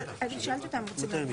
--- אני שאלתי אותם האם הם רוצים להגיע.